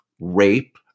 rape